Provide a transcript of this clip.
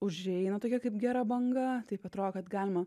užeina tokia kaip gera banga taip atrodo kad galima